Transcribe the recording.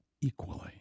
equally